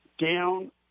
down